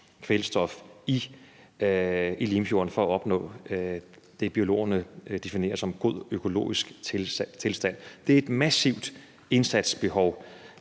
t i Limfjorden for at opnå det, biologerne definerer som god økologisk tilstand. Der er tale om et massivt indsatsbehov.